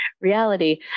reality